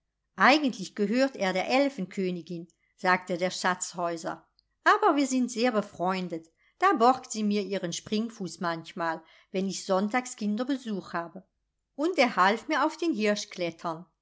eigentlich gehört er der elfenkönigin sagte der schatzhäuser aber wir sind sehr befreundet da borgt sie mir ihren springfuß manchmal wenn ich sonntagskinderbesuch habe und er half mir auf den